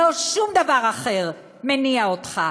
לא שום דבר אחר מניע אותך.